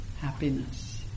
happiness